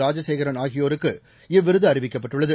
ராஜசேகரன் ஆகியோருக்கு இவ்விருது அறிவிக்கப்பட்டுள்ளது